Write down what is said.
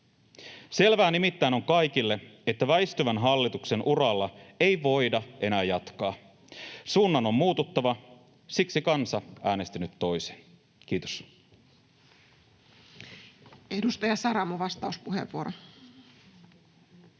Selvää nimittäin kaikille on, että väistyvän hallituksen uralla ei voida enää jatkaa. Suunnan on muututtava, siksi kansa äänesti nyt toisin. — Kiitos. [Speech 9] Speaker: